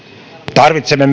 tarvitsemme